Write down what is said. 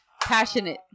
passionate